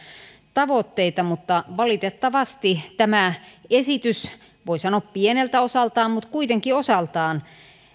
tavoitteita mutta valitettavasti tämä esitys voi sanoa pieneltä osaltaan mutta kuitenkin osaltaan